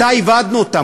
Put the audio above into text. מתי איבדנו אותה?